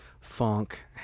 funk